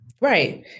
Right